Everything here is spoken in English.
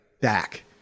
back